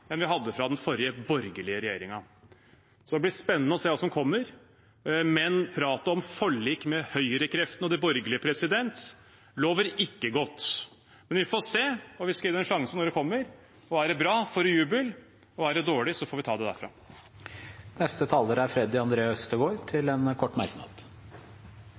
vi hadde fra den forrige, borgerlige regjeringen. Det blir spennende å se hva som kommer. Pratet om forlik med høyrekreftene og de borgerlige lover ikke godt, men vi får se, og vi skal gi det en sjanse når det kommer. Er det bra, får det jubel, og er det dårlig, får vi ta det derfra. Freddy André Øvstegård har hatt ordet to ganger tidligere i debatten og får ordet til en kort merknad,